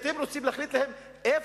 אתם רוצים להחליט להם איפה,